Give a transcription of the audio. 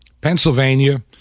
Pennsylvania